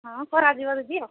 ହଁ କରାଯିବ ଦିଦି